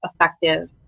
effective